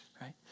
right